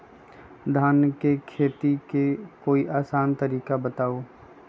धान के खेती के कोई आसान तरिका बताउ?